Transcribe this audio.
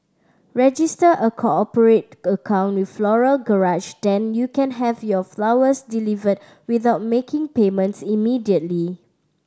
register a cooperate account with Floral Garage then you can have your flowers delivered without making payments immediately